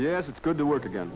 yes it's good to work again